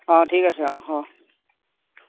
অঁ ঠিক আছে অঁ হ'ব